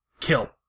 kill